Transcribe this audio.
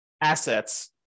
assets